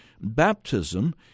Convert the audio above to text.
Baptism